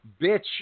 bitch